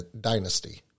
dynasty